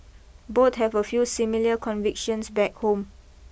both have a few similar convictions back home